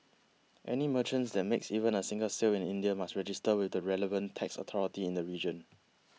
any merchant that makes even a single sale in India must register with the relevant tax authority in the region